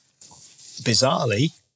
bizarrely